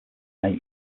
may